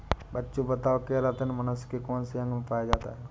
बच्चों बताओ केरातिन मनुष्य के कौन से अंग में पाया जाता है?